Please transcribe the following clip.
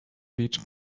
beach